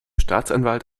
staatsanwalt